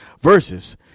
verses